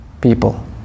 people